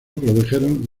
produjeron